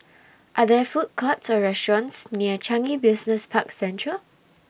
Are There Food Courts Or restaurants near Changi Business Park Central